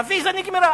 הוויזה נגמרה.